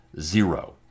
Zero